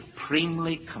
supremely